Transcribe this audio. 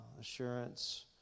assurance